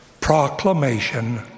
proclamation